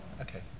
Okay